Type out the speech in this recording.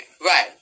Right